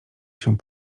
się